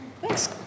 Thanks